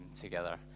together